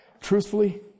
Truthfully